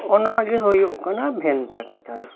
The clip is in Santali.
ᱦᱚᱸᱜᱱᱟ ᱜᱮ ᱦᱩᱭᱩᱜ ᱠᱟᱱᱟ ᱵᱷᱮᱱᱛᱟ ᱠᱟᱛᱷᱟ ᱫᱚ